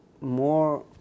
more